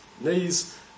knees